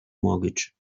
mortgage